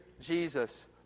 Jesus